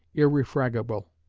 irrefragable.